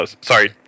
Sorry